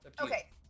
Okay